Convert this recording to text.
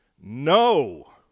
no